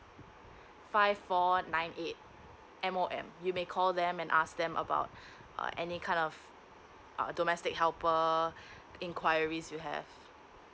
five four nine eight M O M you may call them and ask them about err any kind of domestic helper err inquiries you have